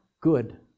good